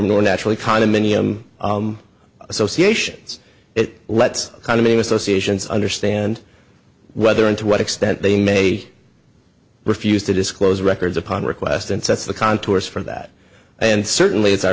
more naturally condominium associations it lets kind of name associations understand whether and to what extent they may refuse to disclose records upon request and sets the contours for that and certainly it's our